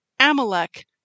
Amalek